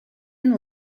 and